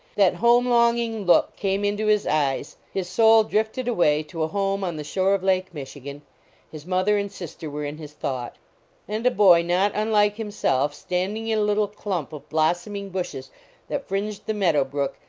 that home-longing look came into his eyes, his soul drifted away to a home on the shore of lake michigan his mother and sis ter were in his thought and a boy not unlike himself, standing in a little clump of blossoming bushes that fringed the meadow brook,